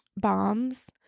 bombs